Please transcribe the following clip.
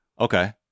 Okay